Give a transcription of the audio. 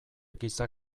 giza